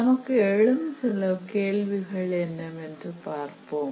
நமக்கு எழும் சில கேள்விகள் என்னவென்று பார்ப்போம்